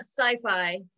sci-fi